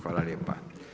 Hvala lijepa.